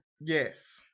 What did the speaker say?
yes